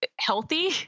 healthy